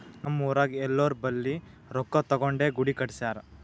ನಮ್ ಊರಾಗ್ ಎಲ್ಲೋರ್ ಬಲ್ಲಿ ರೊಕ್ಕಾ ತಗೊಂಡೇ ಗುಡಿ ಕಟ್ಸ್ಯಾರ್